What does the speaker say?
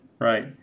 Right